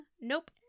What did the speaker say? Nope